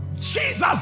Jesus